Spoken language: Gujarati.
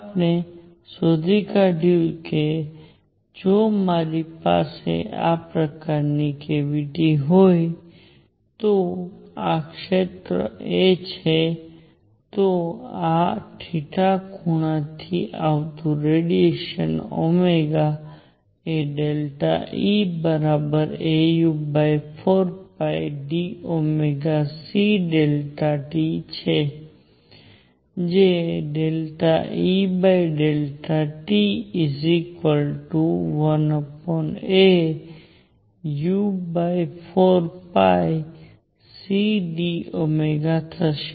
આપણે શોધી કાઢ્યું કે જો મારી પાસે આ પ્રકારની કેવીટી હોય તો આ ક્ષેત્ર a છે તો આ ખૂણા થી આવતું રેડીએશન એ Eau4dΩcΔt છે જે EΔt1au4cdΩ થશે